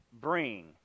bring